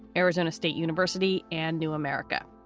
arizona state university and new america.